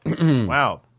Wow